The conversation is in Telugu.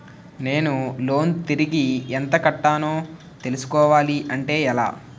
నేను లోన్ తిరిగి ఎంత కట్టానో తెలుసుకోవాలి అంటే ఎలా?